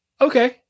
Okay